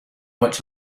much